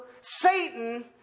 Satan